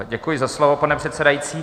Děkuji za slovo, pane předsedající.